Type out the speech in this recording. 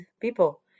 people